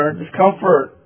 discomfort